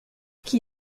qui